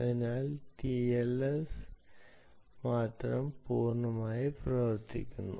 അതിനാൽ ടിഎൽഎസ് മാത്രം പൂർണ്ണമായും പ്രവർത്തിക്കുന്നു